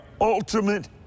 ultimate